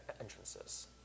entrances